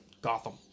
Gotham